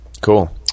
Cool